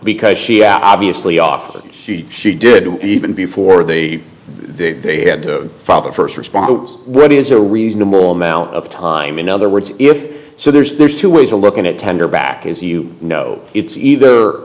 because she obviously offers she she did even before the they had to file the first response ready is a reasonable amount of time in other words if so there's there's two ways of looking at tender back is you know it's either